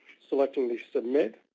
selecting the submit,